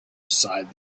sighed